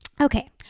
Okay